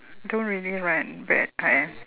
don't really run but I